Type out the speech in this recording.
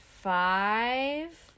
five